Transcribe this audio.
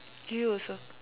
you also